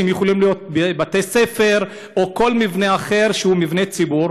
שיכולים להיות בתי-ספר או כל מבנה אחר שהוא מבנה ציבור,